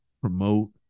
promote